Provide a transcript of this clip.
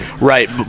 Right